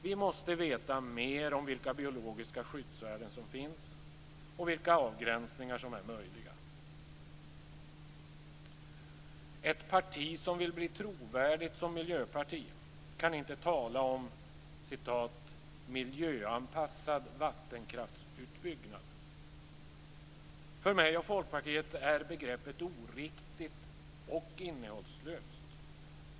Vi måste veta mer om vilka biologiska skyddsvärden som finns och vilka avgränsningar som är möjliga. Ett parti som vill bli trovärdigt som miljöparti kan inte tala om "miljöanpassad vattenkraftsutbyggnad". För mig och Folkpartiet är begreppet oriktigt och innehållslöst.